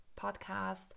podcast